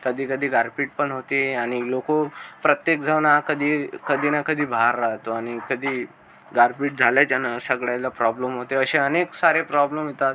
कधी कधी गारपीट पण होते आणि लोकं प्रत्येकजण हा कधी कधी ना कधी बाहेर राहतो आणि कधी गारपीट झाल्याच्यानं सगळ्याला प्रॉब्लम होते असे अनेक सारे प्रॉब्लम येतात